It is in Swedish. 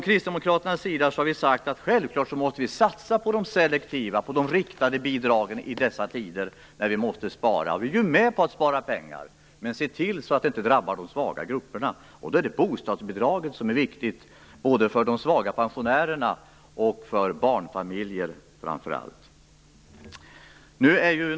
Kristdemokraterna har sagt att vi självfallet måste satsa på de selektiva, riktade bidragen i dessa tider när vi måste spara. Vi är med på att spara pengar, men man måste se till att det inte drabbar de svaga grupperna. Bostadsbidraget är viktigt, både för de svaga pensionärerna och framför allt för barnfamiljerna.